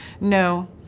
No